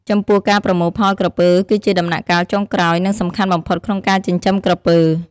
ចំពោះការប្រមូលផលក្រពើគឺជាដំណាក់កាលចុងក្រោយ និងសំខាន់បំផុតក្នុងការចិញ្ចឹមក្រពើ។